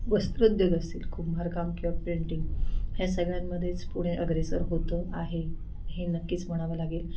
वस्त्रोद्योग असतील कुंभारकाम किंवा पेंटिंग ह्या सगळ्यांमध्येच पुणे अग्रेसर होतं आहे हे नक्कीच म्हणावं लागेल